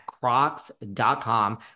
crocs.com